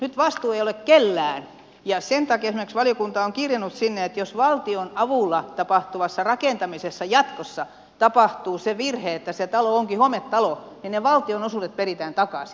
nyt vastuu ei ole kellään ja sen takia esimerkiksi valiokunta on kirjannut sinne että jos valtion avulla tapahtuvassa rakentamisessa jatkossa tapahtuu se virhe että se talo onkin hometalo niin ne valtionosuudet peritään takaisin